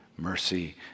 mercy